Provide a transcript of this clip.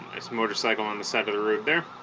it's motorcycle on the side of the road there